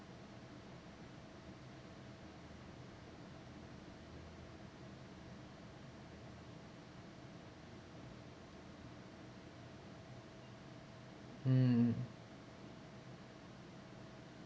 mm